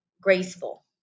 graceful